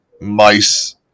mice